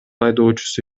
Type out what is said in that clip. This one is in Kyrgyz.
айдоочусу